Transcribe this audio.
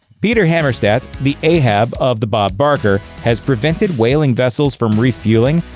peter hammarstedt, the ahab of the bob barker, has prevented whaling vessels from refueling,